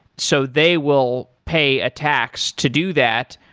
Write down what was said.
so they will pay a tax to do that,